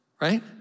right